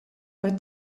but